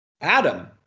Adam